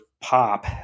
pop